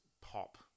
pop